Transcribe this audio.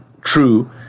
true